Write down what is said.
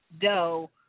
dough